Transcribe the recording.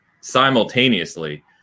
simultaneously